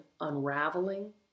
unraveling